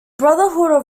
brotherhood